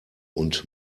und